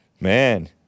Man